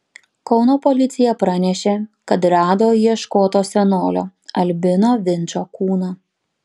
kauno policija pranešė kad rado ieškoto senolio albino vinčo kūną